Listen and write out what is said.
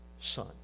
son